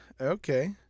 okay